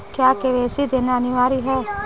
क्या के.वाई.सी देना अनिवार्य है?